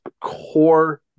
core